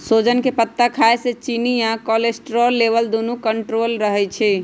सोजन के पत्ता खाए से चिन्नी आ कोलेस्ट्रोल लेवल दुन्नो कन्ट्रोल मे रहई छई